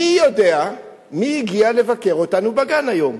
מי יודע מי הגיע לבקר אותנו בגן היום?